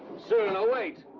cyrano, wait!